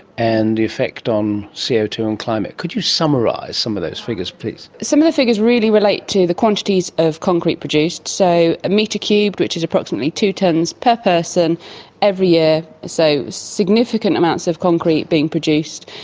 and the effect on c o two and climate. could you summarise some of those figures please? some of the figures really relate to the quantities of concrete produced. so a metre cubed which is approximately two tonnes per person every year, so significant amounts of concrete being produced.